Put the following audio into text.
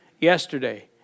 yesterday